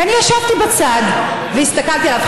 ואני ישבתי בצד והסתכלתי עליו.